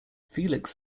felix